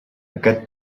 aquest